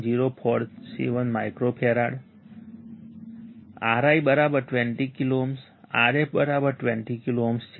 047 microfarad Ri27 kilo ohm Rf20 kilo ohm છે